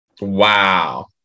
Wow